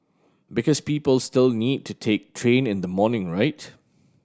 because people still need to take train in the morning right